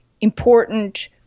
important